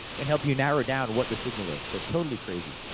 and help you narrow down to what the signal is. so, totally crazy.